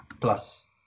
plus